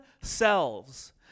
selves